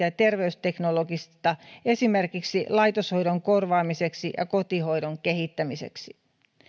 ja terveysteknologioista esimerkiksi laitoshoidon korvaamiseksi ja kotihoidon kehittämiseksi